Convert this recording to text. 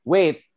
Wait